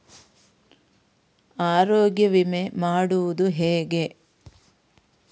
ಆರೋಗ್ಯ ವಿಮೆ ಮಾಡುವುದು ಹೇಗೆ?